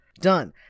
done